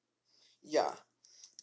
ya